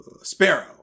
sparrow